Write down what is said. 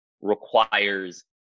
requires